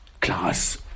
class